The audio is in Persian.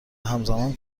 همزمان